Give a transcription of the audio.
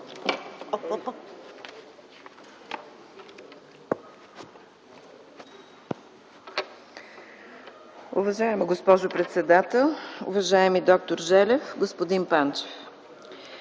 Уважаема госпожо председател, уважаеми д-р Желев, господин Панчев!